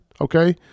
okay